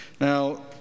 Now